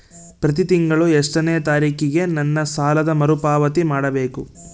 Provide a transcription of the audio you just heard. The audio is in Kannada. ಪ್ರತಿ ತಿಂಗಳು ಎಷ್ಟನೇ ತಾರೇಕಿಗೆ ನನ್ನ ಸಾಲದ ಮರುಪಾವತಿ ಮಾಡಬೇಕು?